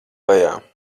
lejā